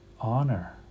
honor